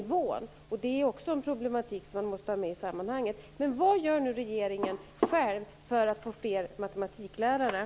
Det är också en problematik som man måste ha med i sammanhanget.